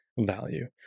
value